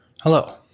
hello